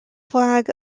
flag